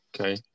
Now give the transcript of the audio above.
Okay